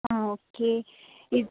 ആ ഓക്കെ ഇത്